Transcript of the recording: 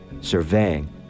surveying